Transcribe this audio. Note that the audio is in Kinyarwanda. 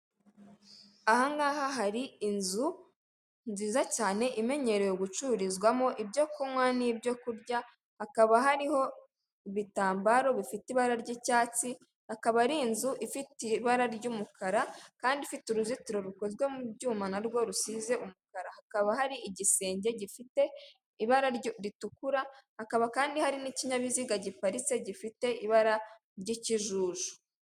Ahangaha hari inzu nziza cyane imenyerewe gucururizwamo ibyo kunywa n'ibyokurya hakaba hariho ibitambaro bifite ibara ry'icyatsi akaba ari inzu ifite ibara ry'umukara kandi ifite uruzitiro rukozwe mu byuma narwo rusize umukara hakaba hari igisenge gifite ibara ritukura hakaba kandi hari n'ikinyabiziga giparitse gifite ibara ry'ikijuju .